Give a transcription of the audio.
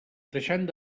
deixant